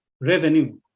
revenue